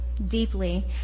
Deeply